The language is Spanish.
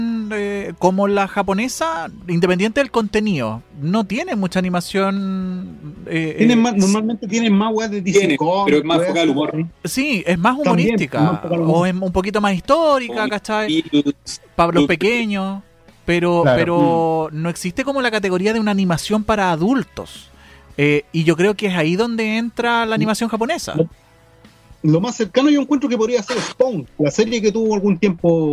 eh, como la japonesa, independiente del contenido, no tiene mucha animación, eh, Tiene eh, más- s- normalmente tiene más weas de Tiene, Disney, pero con, es más weas- focal al humor, ¿no? Sí, es más También, humorística, es más focal al humor. o es un poquito más histórica, O un ¿cachai? estilo- Sí, para los pequeños, pero- Claro. pero Mm. no existe como la categoría de una animación para adultos, eh, y yo creo que es ahí donde entra la animación japonesa. Lo- lo más cercano yo encuentro que podría ser Spawn, la serie que tuvo algún tiempo